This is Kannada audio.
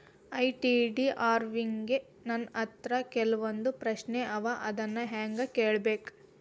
ಐ.ಟಿ.ಡಿ ಅವ್ರಿಗೆ ನನ್ ಹತ್ರ ಕೆಲ್ವೊಂದ್ ಪ್ರಶ್ನೆ ಅವ ಅದನ್ನ ಹೆಂಗ್ ಕಳ್ಸ್ಬೇಕ್?